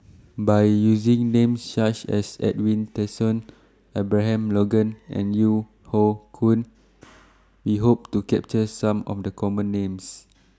By using Names such as Edwin Tessensohn Abraham Logan and Yeo Hoe Koon We Hope to capture Some of The Common Names